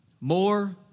more